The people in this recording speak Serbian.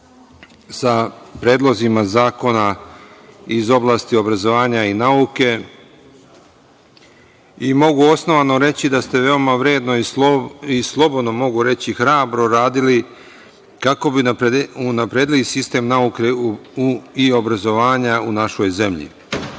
sa predlozima zakona iz oblasti obrazovanja i nauke, i mogu osnovano reći da ste veoma vredno i slobodno mogu reći i hrabro radili kako bi unapredili sistem nauke i obrazovanja u našoj zemlji